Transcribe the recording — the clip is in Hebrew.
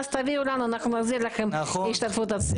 אז תביאו לנו אנחנו נחזיר לכם השתתפות עצמית.